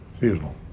seasonal